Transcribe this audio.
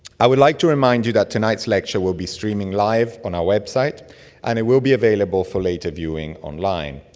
i would like to remind you that tonight's lecture will be streaming live on our website and it will be available for later viewing online.